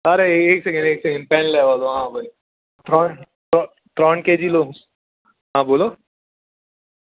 અરે એક સેકન્ડ એક સેકન્ડ પેન લાવવા દો ત્રણ ત્રણ કેજી લો હા બોલો